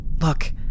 Look